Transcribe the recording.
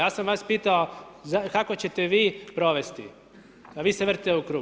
Ja sam vas pitao kako ćete vi provesti, a vi se vrtite u krug.